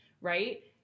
Right